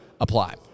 apply